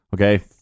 Okay